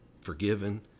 forgiven